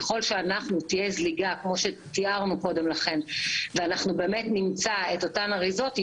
ככל שתהיה זליגה כמו שתיארנו קודם לכן ואנחנו באמת נמצא את אותן אריזות,